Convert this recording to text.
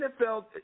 NFL